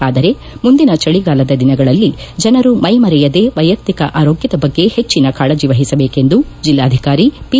ಆದರೆ ಮುಂದಿನ ಚಳಿಗಾಲದ ದಿನಗಳಲ್ಲಿ ಜನರು ಮೈಮರೆಯದೆ ವೈಯಕ್ತಿಕ ಆರೋಗ್ಟದ ಬಗ್ಗೆ ಹೆಚ್ಚಿನ ಕಾಳಜಿ ಮಹಿಸಬೇಕೆಂದು ಜಿಲ್ಲಾಧಿಕಾರಿ ಪಿ